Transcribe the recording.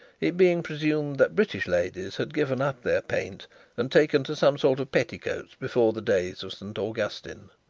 it being presumed that british ladies had given up their paint and taken to some sort of petticoats before the days of st augustine.